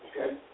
okay